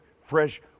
fresh